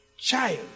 child